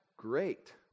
great